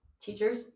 teachers